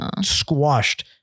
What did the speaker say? squashed